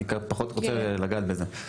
אני פחות רוצה לגעת בזה.